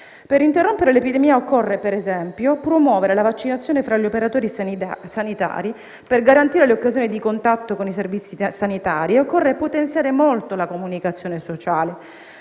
Per interrompere l'epidemia occorre, per esempio, promuovere la vaccinazione fra gli operatori sanitari, per garantire le occasioni di contatto con i servizi sanitari, e occorre potenziare molto la comunicazione sociale.